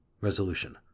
Resolution